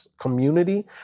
community